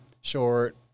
short